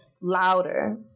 louder